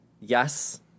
Yes